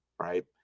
right